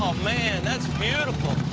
um man, that's beautiful.